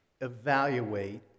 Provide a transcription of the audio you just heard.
evaluate